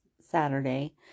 Saturday